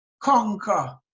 conquer